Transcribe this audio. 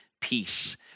peace